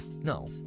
no